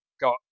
got